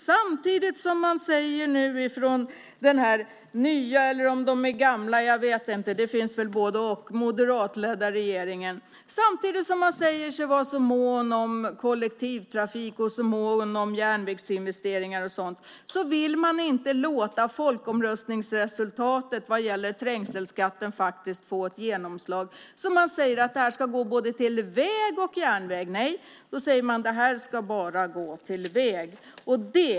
Samtidigt som man nu säger från regeringen som leds av nya eller gamla moderater - jag vet inte vilket det är, men det finns väl både-och - att man är så mån om kollektivtrafik, järnvägsinvesteringar och så vidare vill man inte låta folkomröstningsresultatet vad gäller trängselskatten få ett genomslag. I så fall borde pengarna gå både till väg och järnväg. Men nu säger regeringen att det här bara ska gå till väg.